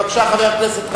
בבקשה, חבר הכנסת גנאים.